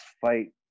fight